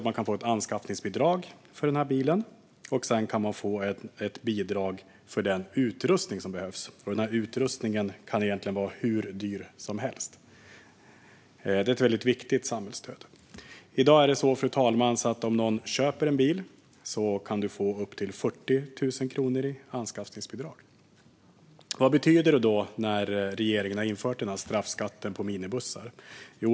Man kan få ett anskaffningsbidrag för bilen, och man kan få ett bidrag för den utrustning som behövs; den utrustningen kan egentligen vara hur dyr som helst. Det är ett viktigt samhällsstöd. Om man köper en bil i dag kan man få upp till 40 000 kronor i anskaffningsbidrag. Vad betyder det då att regeringen har infört straffskatten på minibussar?